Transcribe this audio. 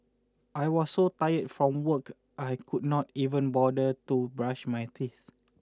I was so tired from work I could not even bother to brush my teeth